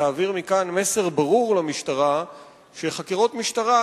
תעביר מכאן מסר ברור שגם חקירות משטרה,